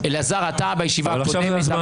אבל עכשיו זה זמן הדיבור שלי.